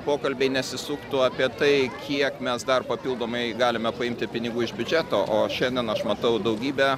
pokalbiai nesisuktų apie tai kiek mes dar papildomai galime paimti pinigų iš biudžeto o šiandien aš matau daugybę